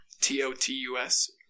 T-O-T-U-S